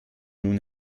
nun